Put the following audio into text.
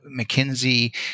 McKinsey